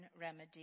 remedy